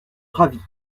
ravi